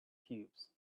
cubes